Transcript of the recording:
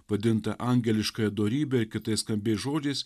vadinta angeliškąja dorybe ir kitais skambiais žodžiais